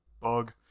Bug